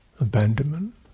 abandonment